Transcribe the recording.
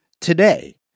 today